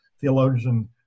theologian